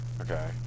Okay